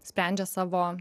sprendžia savo